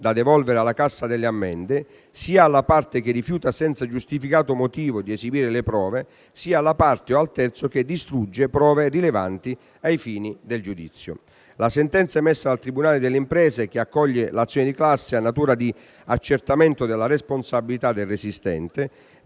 da devolvere alla Cassa delle ammende - sia alla parte che rifiuta senza giustificato motivo di esibire le prove, sia alla parte o al terzo che distrugge prove rilevanti ai fini del giudizio. La sentenza emessa dal tribunale delle imprese, che accoglie l'azione di classe, ha natura di accertamento della responsabilità del resistente,